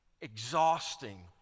exhausting